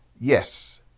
Yes